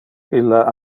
illa